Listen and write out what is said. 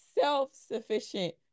self-sufficient